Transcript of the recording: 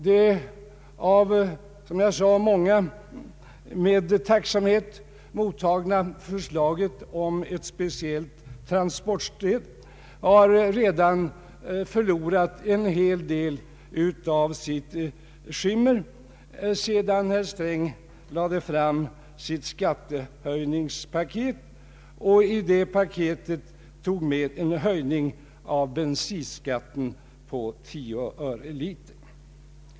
Det, som jag sade, av många med tacksamhet mottagna förslaget om ett speciellt transportstöd har redan förlorat en hel del av sitt skimmer sedan herr Sträng lagt fram sitt skattehöjningspaket och i det paketet tagit med en höjning av bensinskatten med 10 öre per liter.